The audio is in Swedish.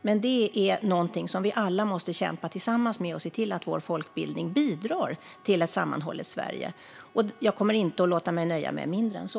Men det är något som vi alla tillsammans måste kämpa för för att se till att vår folkbildning bidrar till ett sammanhållet Sverige. Jag kommer inte att låta mig nöjas med mindre än så.